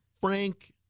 Frank